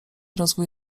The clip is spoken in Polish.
rozwój